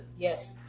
Yes